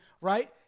right